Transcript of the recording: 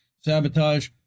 sabotage